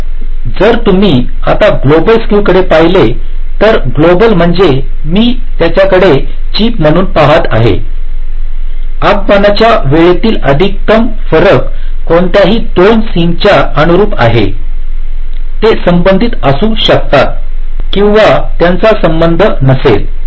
तर जर तुम्ही आता ग्लोबल स्क्यू कडे पाहिले तर ग्लोबल म्हणजे मी त्याकडे चिप म्हणून पहात आहे आगमनाच्या वेळेतील अधिकतम फरक कोणत्याही 2 सिंकच्या अनुरुप आहे ते संबंधित असू शकतात किंवा त्यांचा संबंध नसेल